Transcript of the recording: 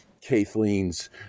Kathleen's